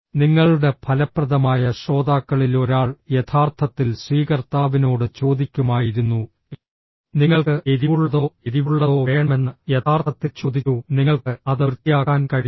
നിങ്ങളുടെ ഫലപ്രദമായ ശ്രോതാക്കളിൽ ഒരാൾ യഥാർത്ഥത്തിൽ സ്വീകർത്താവിനോട് ചോദിക്കുമായിരുന്നു നിങ്ങൾക്ക് എരിവുള്ളതോ എരിവുള്ളതോ വേണമെന്ന് യഥാർത്ഥത്തിൽ ചോദിച്ചു നിങ്ങൾക്ക് അത് വൃത്തിയാക്കാൻ കഴിയുമോ